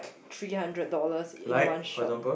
three hundred dollars in one shot